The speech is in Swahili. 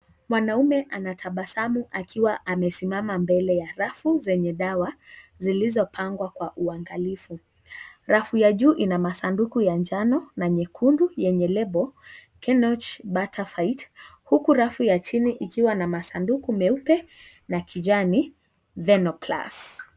Mwanaume anatabasamu akiwa amesimama mbele ya rafu zenye dawa, zilizopangwa kwa uangalifu. Rafu ya juu ina masanduku ya njano na nyekundu yenye lebo Kenoch Batter Fight , huku rafu ya chini ikiwa na masanduku meupe na kijani; Venoplus.